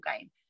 game